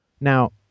Now